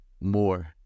more